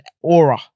aura